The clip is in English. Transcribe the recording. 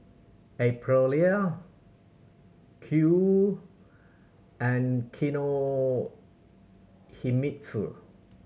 Aprilia Qoo and Kinohimitsu